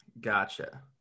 Gotcha